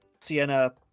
Sienna